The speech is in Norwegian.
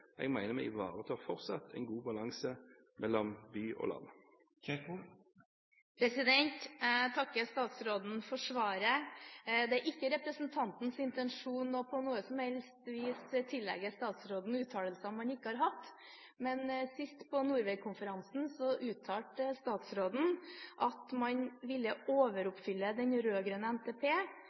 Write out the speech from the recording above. Jeg mener vi fortsatt ivaretar en god balanse mellom by og land. Jeg takker statsråden for svaret. Det er ikke representantens intensjon på noe som helst vis å tillegge statsråden uttalelser han ikke har hatt, men sist på Norvegkonferansen uttalte statsråden at man ville overoppfylle den rød-grønne NTP,